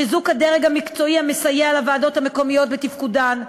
חיזוק הדרג המקצועי המסייע לוועדות המקומיות בתפקודן,